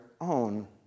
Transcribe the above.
own